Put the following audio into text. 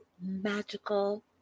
magical